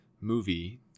movie